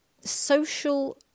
social